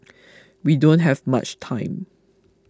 we don't have much time